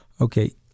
Okay